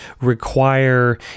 require